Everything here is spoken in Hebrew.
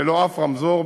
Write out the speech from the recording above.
ללא אף רמזור,